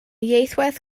ieithwedd